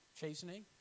chastening